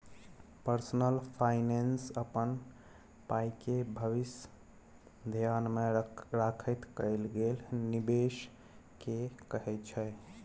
personal finance अपन पाइके भबिस धेआन मे राखैत कएल गेल निबेश केँ कहय छै